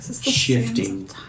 shifting